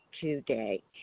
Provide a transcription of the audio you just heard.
today